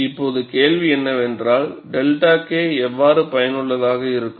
இப்போது கேள்வி என்னவென்றால் 𝜹k எவ்வாறு பயனுள்ளதாக இருக்கும்